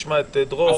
נשמע את דרור.